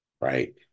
right